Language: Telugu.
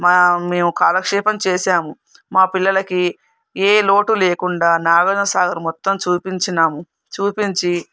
మా మేము కాలక్షేపం చేశాము మా పిల్లలకి ఏ లోటు లేకుండా నాగార్జునసాగర్ మొత్తం చూపించినాము చూపించి